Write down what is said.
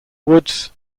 woods